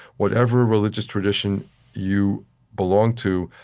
whatever religious tradition you belong to,